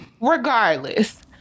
regardless